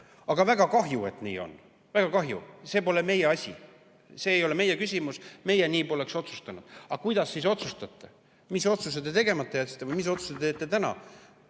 on? "Väga kahju, et nii on. Väga kahju, see pole meie asi. See ei ole meie küsimus, meie nii poleks otsustanud." Aga kuidas te siis otsustate? Mis otsused te tegemata jätsite või mis otsuse te teete täna?